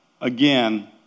again